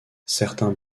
certains